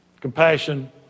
compassion